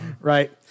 right